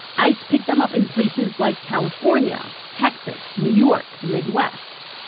ice picked them up in places like california, texas, new york, the midwest.